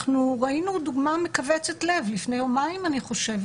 אנחנו ראינו דוגמה מכווצת לב לפני יומיים אני חושבת,